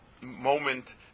moment